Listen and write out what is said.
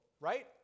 right